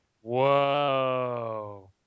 Whoa